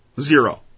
Zero